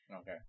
Okay